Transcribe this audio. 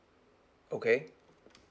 okay